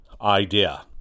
idea